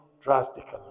drastically